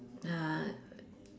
uh